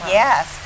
yes